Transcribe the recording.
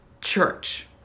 church